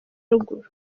ruguru